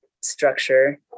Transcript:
structure